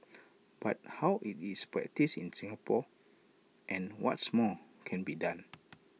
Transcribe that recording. but how is IT practised in Singapore and what's more can be done